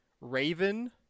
Raven